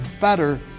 better